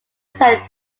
son